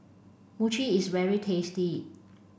Mochi is very tasty